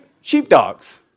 sheepdogs